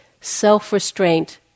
self-restraint